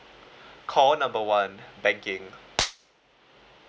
call number one banking